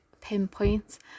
pinpoint